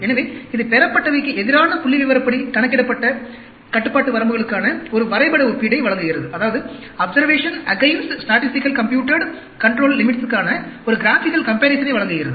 எனவே இது பெறப்பட்டவைக்கு எதிரான புள்ளிவிவரப்படி கணக்கிடப்பட்ட கட்டுப்பாட்டு வரம்புகளுக்கான ஒரு வரைபட ஒப்பீட்டை வழங்குகிறது